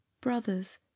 brothers